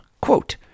quote